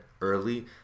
early